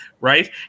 right